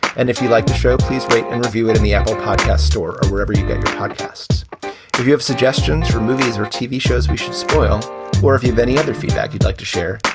and if you'd like to share, please wait and review it on the apple podcast store or wherever you get your podcasts. if you have suggestions for movies or tv shows, we should spoil or if you've any other feedback you'd like to share.